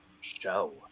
show